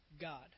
God